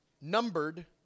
numbered